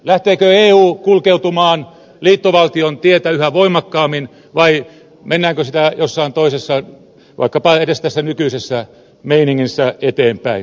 lähteekö eu kulkeutumaan liittovaltion tietä yhä voimakkaammin vai mennäänkö sitä jossain toisessa vaikkapa edes tässä nykyisessä meiningissä eteenpäin